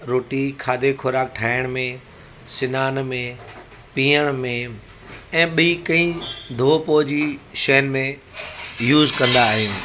रोटी खाधे ख़ुराक ठाहिण में सनान में पीअण में ऐं ॿी कई धोइ पोइ जी शयुनि में यूज़ कंदा आहियूं